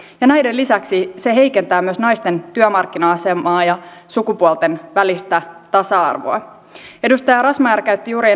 ja näiden lisäksi se heikentää myös naisten työmarkkina asemaa ja sukupuolten välistä tasa arvoa edustaja razmyar käytti juuri